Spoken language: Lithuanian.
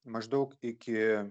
maždaug iki